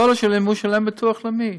כל השנים הוא שילם ביטוח לאומי,